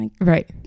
right